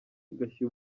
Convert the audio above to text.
gashya